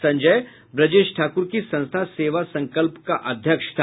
संजय ब्रजेश ठाकुर की संस्था सेवा संकल्प का अध्यक्ष था